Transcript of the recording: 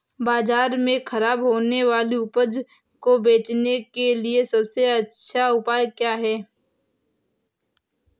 बाज़ार में खराब होने वाली उपज को बेचने के लिए सबसे अच्छा उपाय क्या हैं?